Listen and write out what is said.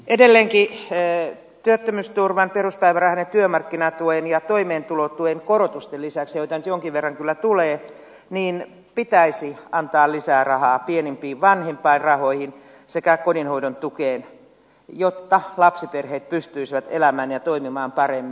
edelleenkin työttömyysturvan peruspäivärahan ja työmarkkinatuen ja toimeentulotuen korotusten lisäksi joita nyt jonkin verran kyllä tulee pitäisi antaa lisää rahaa pienimpiin vanhempainrahoihin sekä kotihoidon tukeen jotta lapsiperheet pystyisivät elämään ja toimimaan paremmin